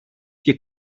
και